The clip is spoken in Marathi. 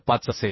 5 असेल